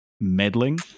meddling